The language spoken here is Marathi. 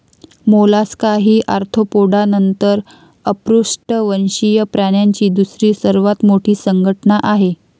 मोलस्का ही आर्थ्रोपोडा नंतर अपृष्ठवंशीय प्राण्यांची दुसरी सर्वात मोठी संघटना आहे